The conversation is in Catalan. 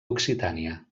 occitània